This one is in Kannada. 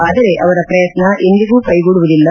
ಆದರೆ ಅವರ ಪ್ರಯತ್ನ ಎಂದಿಗೂ ಕ್ಕೆಗೊಡುವುದಿಲ್ಲ